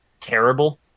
terrible